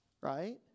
right